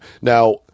Now